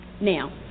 Now